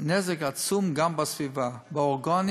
נזק עצום גם בסביבה, באורגנים